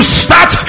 start